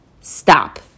stop